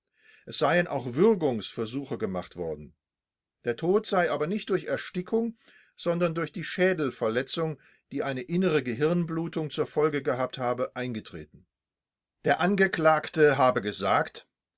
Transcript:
es seien auch würgungsversuche gemacht worden der tod sei aber nicht durch erstickung sondern durch die schädelverletzung die eine innere gehirnblutung zur folge gehabt habe eingetreten der angeklagte habe gesagt